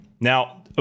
now